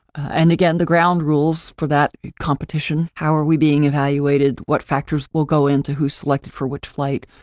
and again, the ground rules for that competition. how are we being evaluated? what factors will go into who's selected for which flight?